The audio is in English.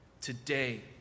today